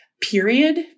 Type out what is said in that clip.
period